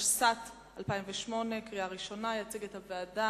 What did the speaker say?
התשס"ט 2008. יציג את הבקשה יושב-ראש הוועדה,